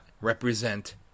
represent